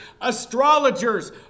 astrologers